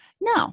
no